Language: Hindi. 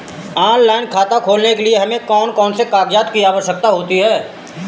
ऑनलाइन खाता खोलने के लिए हमें कौन कौन से कागजात की आवश्यकता होती है?